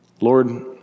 Lord